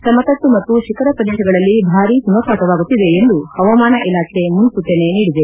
ಸಮತಟ್ಟು ಮತ್ತು ಶಿಖರ ಪ್ರದೇಶಗಳಲ್ಲಿ ಭಾರಿ ಹಿಮಪಾತವಾಗುತ್ತಿದೆ ಎಂದು ಹವಾಮಾನ ಇಲಾಖೆ ಮುನ್ಲೂಚನೆ ನೀಡಿದೆ